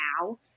now